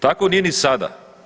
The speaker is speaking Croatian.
Tako nije ni sada.